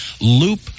Loop